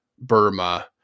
Burma